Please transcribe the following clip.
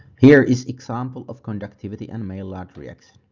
here is example of conductivity and maillard reaction.